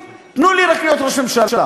תנו לי רק להיות ראש ממשלה.